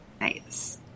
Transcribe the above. Nice